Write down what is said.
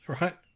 right